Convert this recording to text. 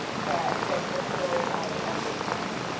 that like the story of everything,